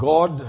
God